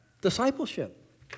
discipleship